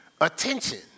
attention